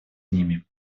ними